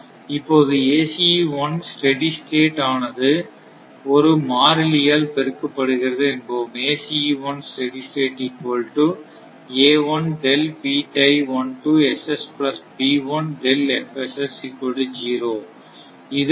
இப்போது ACE 1 steady state ஆனது ஒரு மாறிலியால் பெருக்கப்படுகிறது என்போம்